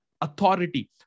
authority